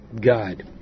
God